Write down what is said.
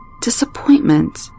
disappointment